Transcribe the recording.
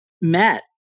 met